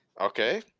Okay